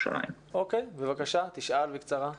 בבקשה, שאל בקצרה.